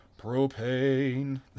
Propane